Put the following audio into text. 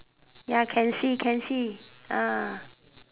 ya can see can see ah